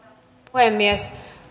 puhemies